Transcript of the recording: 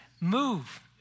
Move